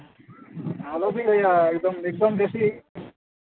ᱟᱞᱚᱵᱤᱱ ᱞᱟᱹᱭᱼᱟ ᱮᱠᱫᱚᱢ ᱫᱮᱥᱤ